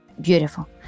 beautiful